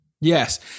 Yes